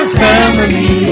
family